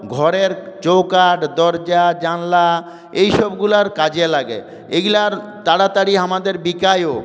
ঘরের চৌকাঠ দরজা জানলা এইসবগুলার কাজে লাগে এগুলার তাড়াতাড়ি আমাদের বিকায়ও